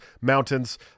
mountains